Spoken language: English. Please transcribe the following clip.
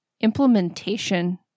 implementation